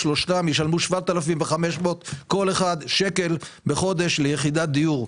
שלושתם ישלמו 7,500 שקל כל אחד בחודש ליחידת דיור.